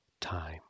time